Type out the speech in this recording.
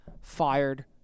fired